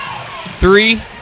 Three